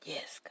Yes